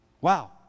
Wow